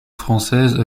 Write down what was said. française